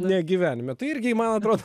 ne gyvenime tai irgi man atrodo